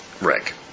Rick